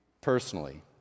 Personally